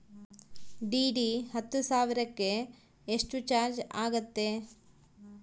DD ಹತ್ತು ಸಾವಿರಕ್ಕೆ ಎಷ್ಟು ಚಾಜ್೯ ಆಗತ್ತೆ?